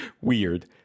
weird